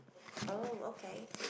oh okay